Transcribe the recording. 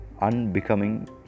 unbecoming